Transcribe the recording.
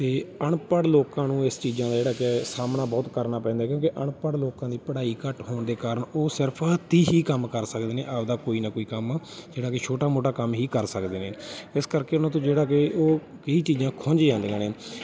ਇਹ ਅਨਪੜ੍ਹ ਲੋਕਾਂ ਨੂੰ ਇਸ ਚੀਜ਼ਾਂ ਦਾ ਜਿਹੜਾ ਕਿ ਸਾਹਮਣਾ ਬਹੁਤ ਕਰਨਾ ਪੈਂਦਾ ਕਿਉਂਕਿ ਅਨਪੜ੍ਹ ਲੋਕਾਂ ਦੀ ਪੜ੍ਹਾਈ ਘੱਟ ਹੋਣ ਦੇ ਕਾਰਨ ਉਹ ਸਿਰਫ ਹੱਥੀਂ ਹੀ ਕੰਮ ਕਰ ਸਕਦੇ ਨੇ ਆਪਦਾ ਕੋਈ ਨਾ ਕੋਈ ਕੰਮ ਜਿਹੜਾ ਕਿ ਛੋਟਾ ਮੋਟਾ ਕੰਮ ਹੀ ਕਰ ਸਕਦੇ ਨੇ ਇਸ ਕਰਕੇ ਉਹਨਾਂ ਤੋਂ ਜਿਹੜਾ ਕਿ ਉਹ ਕਈ ਚੀਜ਼ਾਂ ਖੁੰਝ ਜਾਂਦੀਆਂ ਨੇ